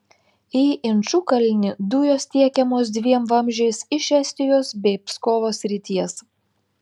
į inčukalnį dujos tiekiamos dviem vamzdžiais iš estijos bei pskovo srities